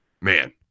man